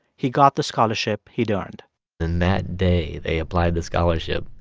he got the scholarship he'd earned and that day, they applied the scholarship.